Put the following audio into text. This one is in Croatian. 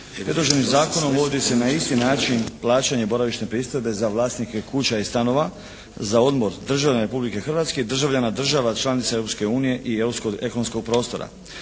Predloženim zakonom uvodi se na isti način plaćanje boravišne pristojbe za vlasnike kuća i stanova za odmor državljana Republike Hrvatske i državljana država članica Europske unije i europskog ekonomskog prostora.